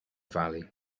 valley